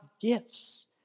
gifts